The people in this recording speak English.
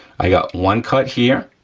i got one cut here,